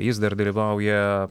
jis dar dalyvauja